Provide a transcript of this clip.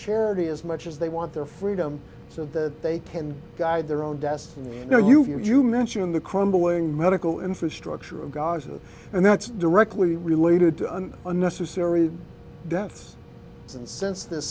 charity as much as they want their freedom so the they can guide their own destiny you know you you have you mention the crumbling medical infrastructure of gaza and that's directly related to an unnecessary deaths and since this